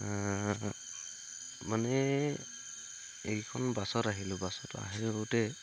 মানে বাছত আহিলোঁ বাছত